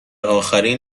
آخرین